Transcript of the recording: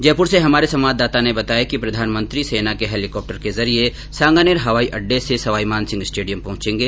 जयपुर से हमारे संवाददाता ने बताया कि प्रधानमंत्री सेना के हेलीकॉप्टर के जरिए साँगानेर हवाई अड्डे से संवाईमान सिंह स्टेडियम पहुंचेगे